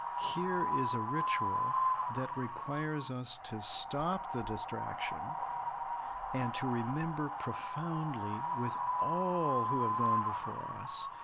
here is a ritual that requires us to stop the distraction and to remember profoundly with all who have gone before us.